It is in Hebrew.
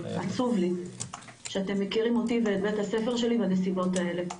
עצוב לי שאתם מכירים אותי ואת בית-הספר שלי בנסיבות האלה.